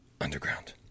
underground